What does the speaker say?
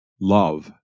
Love